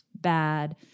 bad